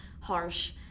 harsh